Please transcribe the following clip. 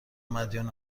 مدیون